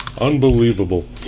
Unbelievable